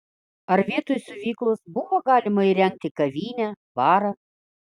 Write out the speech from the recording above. ar vietoj siuvyklos buvo galima įrengti kavinę barą